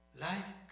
life